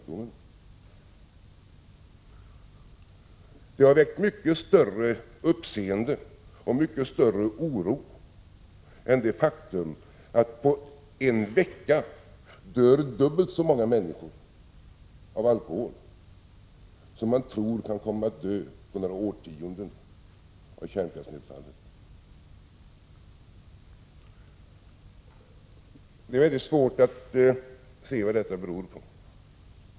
Detta har väckt mycket större uppseende och mycket större oro än det faktum att på en vecka dör dubbelt så många människor av alkohol som man tror kan komma att dö på några årtionden av kärnkraftsnedfallet. Det är mycket svårt att se vad detta beror på.